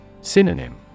Synonym